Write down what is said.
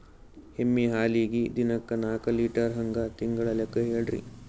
ಎಮ್ಮಿ ಹಾಲಿಗಿ ದಿನಕ್ಕ ನಾಕ ಲೀಟರ್ ಹಂಗ ತಿಂಗಳ ಲೆಕ್ಕ ಹೇಳ್ರಿ?